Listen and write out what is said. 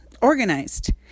organized